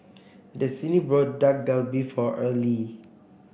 Destini bought Dak Galbi for Earlie